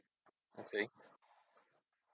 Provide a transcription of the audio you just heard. okay